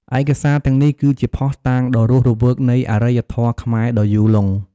ឯកសារទាំងនេះគឺជាភស្តុតាងដ៏រស់រវើកនៃអរិយធម៌ខ្មែរដ៏យូរលង់។